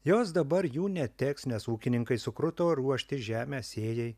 jos dabar jų neteks nes ūkininkai sukruto ruošti žemę sėjai